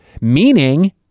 meaning